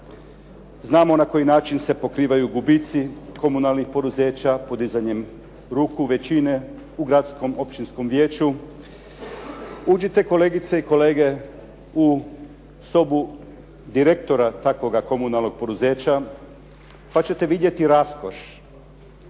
Znamo na koji način se pokrivaju gubici komunalnih poduzeća podizanjem ruku većine u gradskom, općinskom vijeću. Uđite, kolegice i kolege, u sobu direktora takvoga komunalnog poduzeća, pa ćete vidjeti raskoš,